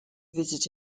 visit